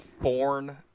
born